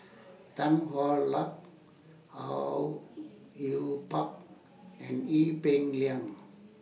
Tan Hwa Luck Au Yue Pak and Ee Peng Liang